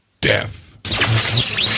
death